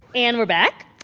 and we're back.